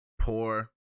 Poor